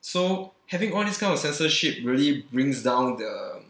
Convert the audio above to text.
so having all this kind of censorship really brings down the